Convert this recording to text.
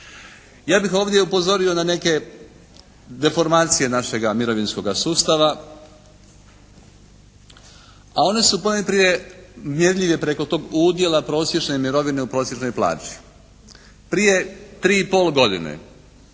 Ja bih ovdje upozorio na neke deformacije našega mirovinskoga sustava, a one su ponajprije mjerljive preko tog udjela prosječne mirovine u prosječnoj plaći. Prije tri i pol godine